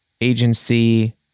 agency